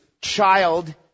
child